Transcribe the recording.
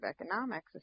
economics